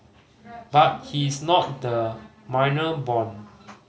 but he is not the manor born